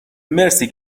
مرسی